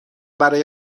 برای